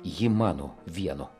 ji mano vieno